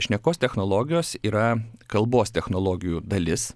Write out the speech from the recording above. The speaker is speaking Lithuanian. šnekos technologijos yra kalbos technologijų dalis